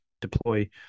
deploy